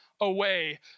away